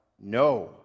no